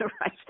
Right